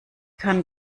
kann